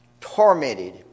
tormented